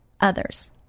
others